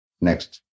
Next